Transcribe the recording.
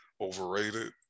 overrated